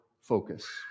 focus